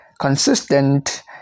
consistent